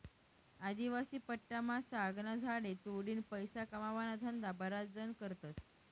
आदिवासी पट्टामा सागना झाडे तोडीन पैसा कमावाना धंदा बराच जण करतस